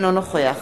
אינו נוכח